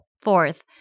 Fourth